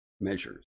measures